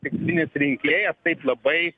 tikslinis rinkėjas taip labai